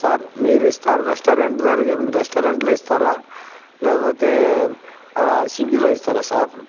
sir మీరు ఇస్త restaurant దగరే మీ రెస్టారెంట్లో ఇస్తారా లేకపోతే స్విగ్గీలో ఇస్తారా సార్